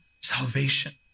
salvation